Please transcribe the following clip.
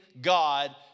God